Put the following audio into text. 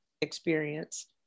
experience